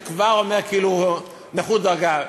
זה כבר אומר כאילו נחות דרגה,